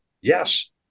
yes